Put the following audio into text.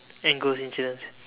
and ghost incidents